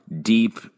deep